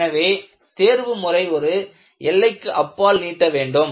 எனவே தேர்வுமுறை ஒரு எல்லைக்கு அப்பால் நீட்ட வேண்டாம்